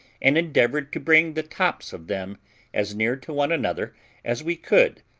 and endeavoured to bring the tops of them as near to one another as we could,